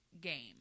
game